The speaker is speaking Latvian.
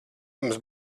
jums